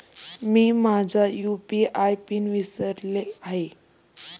मी माझा UPI pin विसरले आहे